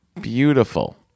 beautiful